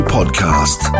Podcast